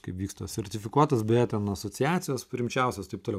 kaip vyksta sertifikuotas beje ten asociacijos rimčiausios taip toliau